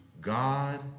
God